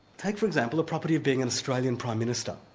take for example, the property of being an australian prime minister.